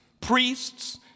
priests